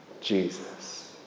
Jesus